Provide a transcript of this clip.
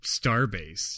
Starbase